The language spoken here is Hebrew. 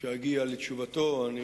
כשאגיע לתשובתו, אני